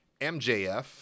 MJF